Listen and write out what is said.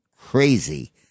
crazy